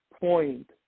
point